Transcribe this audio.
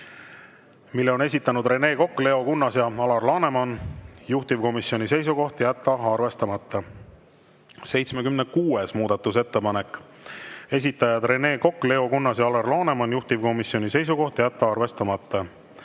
mille on esitanud Rene Kokk, Leo Kunnas ja Alar Laneman. Juhtivkomisjoni seisukoht: jätta arvestamata. 76. muudatusettepanek, esitajad Rene Kokk, Leo Kunnas ja Alar Laneman. Juhtivkomisjoni seisukoht: jätta arvestamata.